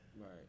Right